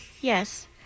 Yes